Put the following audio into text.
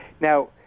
Now